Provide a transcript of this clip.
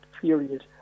period